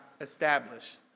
established